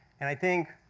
and, i think,